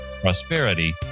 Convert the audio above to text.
prosperity